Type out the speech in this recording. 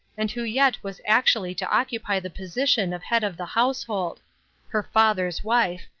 and who yet was actually to occupy the position of head of the household her father's wife,